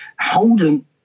Holden